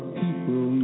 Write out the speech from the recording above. people